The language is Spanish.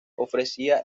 ofrecía